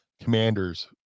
Commanders